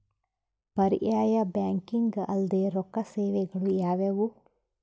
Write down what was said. ಪರ್ಯಾಯ ಬ್ಯಾಂಕಿಂಗ್ ಅಲ್ದೇ ರೊಕ್ಕ ಸೇವೆಗಳು ಯಾವ್ಯಾವು?